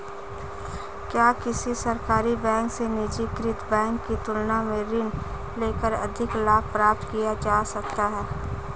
क्या किसी सरकारी बैंक से निजीकृत बैंक की तुलना में ऋण लेकर अधिक लाभ प्राप्त किया जा सकता है?